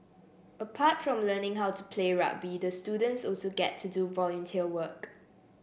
apart from learning how to play rugby the students also get to do volunteer work